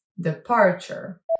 departure